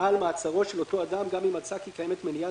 על מעצרו של אותו אדם גם אם מצא כי קיימת מניעה